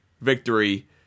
victory